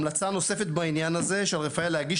המלצה נוספת בעניין הזה - שעל רפאל להגיש